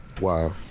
wow